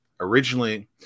originally